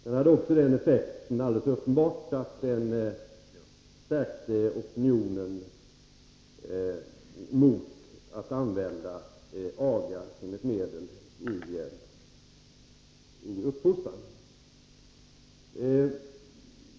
Informationen hade också alldeles uppenbart den effekten, att den stärkte opinionen mot att använda aga som ett medel i uppfostran.